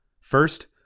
First